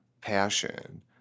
passion